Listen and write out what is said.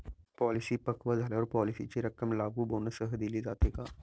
Policy पक्व झाल्यावर पॉलिसीची रक्कम लागू बोनससह दिली जाते का?